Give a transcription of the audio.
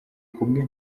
kumwe